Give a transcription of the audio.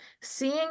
seeing